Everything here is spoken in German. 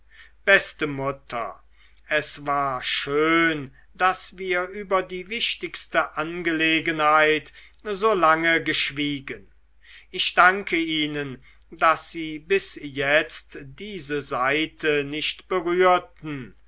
beste mutter es war schön daß wir über die wichtigste angelegenheit so lange geschwiegen ich danke ihnen daß sie bis jetzt diese saite nicht berührten